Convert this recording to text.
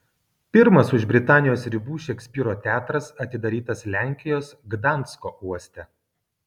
pirmas už britanijos ribų šekspyro teatras atidarytas lenkijos gdansko uoste